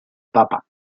papa